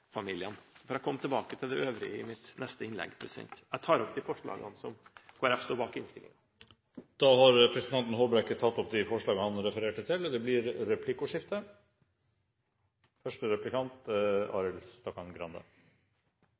Jeg vil komme tilbake til det øvrige i mitt neste innlegg. Jeg tar opp de forslagene som Kristelig Folkeparti har alene, og som de står sammen med andre om. Representanten Øyvind Håbrekke har tatt opp de forslagene han refererte til. Det blir replikkordskifte.